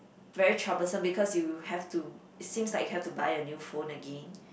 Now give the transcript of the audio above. very troublesome because you have to it seems like you have to buy a new phone again